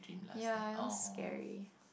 ya it was scary